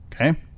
Okay